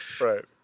Right